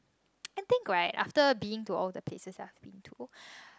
I think right after being all the places that I've been to